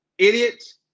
Idiots